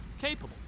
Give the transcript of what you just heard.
Capable